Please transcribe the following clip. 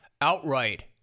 outright